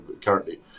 currently